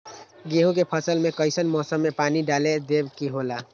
गेहूं के फसल में कइसन मौसम में पानी डालें देबे के होला?